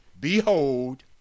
behold